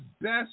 best